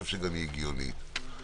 יש פה עניין בעייתי בסעיף קטן (ב).